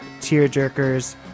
tearjerkers